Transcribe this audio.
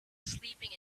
sleeping